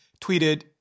tweeted